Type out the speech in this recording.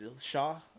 Shaw